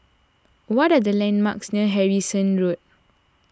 what are the landmarks near Harrison Road